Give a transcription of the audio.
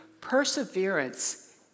perseverance